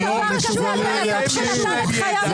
--- דברים מטורפים, שהשתיקה יפה להם.